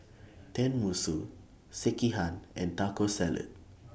Tenmusu Sekihan and Taco Salad